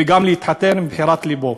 וגם להתחתן עם בחירת לבו,